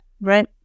Right